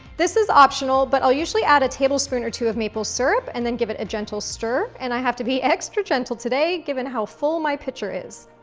this is optional, but i'll usually add a tablespoon or two of maple syrup and then give it a gentle stir. and i have to be extra gentle today, given how full my pitcher is.